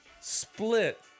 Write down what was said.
Split